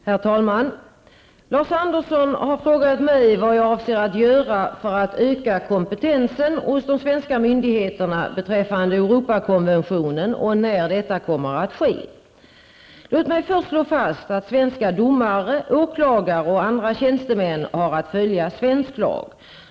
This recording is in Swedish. Herr talman! Lars Andersson har frågat mig vad jag avser att göra för att öka kompetensen hos de svenska myndigheterna beträffande Europakonventionen och när detta kommer att ske. Låt mig först slå fast att svenska domare, åklagare och andra tjänstemän har att följa svensk lag.